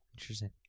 Interesting